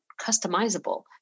customizable